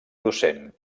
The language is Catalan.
docent